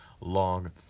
long